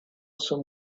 some